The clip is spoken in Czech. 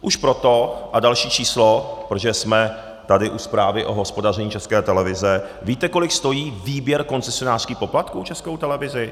Už proto, a další číslo, protože jsme tady u zprávy o hospodaření České televize, víte, kolik stojí výběr koncesionářských poplatků Českou televizi?